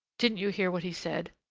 didn't you hear what he said?